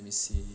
let me see